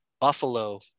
Buffalo